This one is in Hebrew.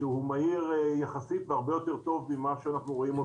שהוא מהיר יחסית והרבה יותר טוב ממה שאנחנו רואים היום.